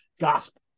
Gospel